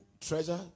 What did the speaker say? treasure